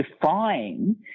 defying